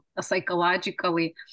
psychologically